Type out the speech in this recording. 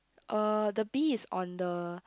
uh the bee is on the